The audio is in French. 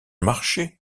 marchais